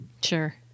Sure